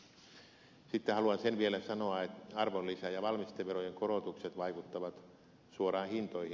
sitten haluan sen vielä sanoa että arvonlisä ja valmisteverojen korotukset vaikuttavat suoraan hintoihin